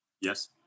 Yes